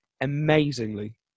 amazingly